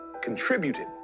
contributed